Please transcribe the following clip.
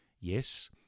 Yes